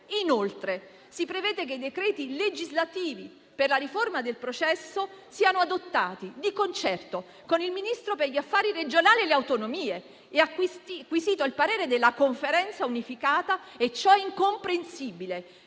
Inoltre, si prevede che i decreti legislativi per la riforma del processo siano adottati di concerto con il Ministro per gli affari regionali e le autonomie e acquisito il parere della Conferenza unificata e ciò è incomprensibile: